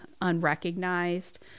unrecognized